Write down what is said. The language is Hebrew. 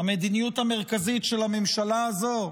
המדיניות המרכזית של הממשלה הזו,